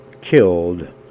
killed